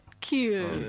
Cute